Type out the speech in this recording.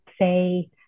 say